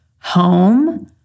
home